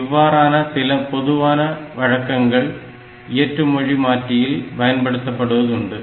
இவ்வாறான சில பொதுவான வழக்கங்கள் இயற்று மொழி மாற்றியில் பயன்படுத்தப்படுவது உண்டு